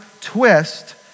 twist